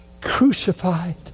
crucified